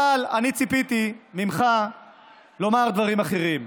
אבל אני ציפיתי ממך לומר דברים אחרים.